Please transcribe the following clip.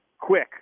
quick